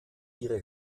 ihre